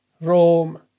Rome